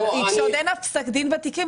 אבל כשאין עוד פסקי דין בתיקים,